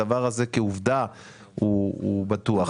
הדבר הזה כעובדה הוא בטוח.